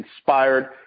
inspired